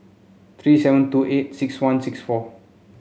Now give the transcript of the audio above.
three seven two eight six one six four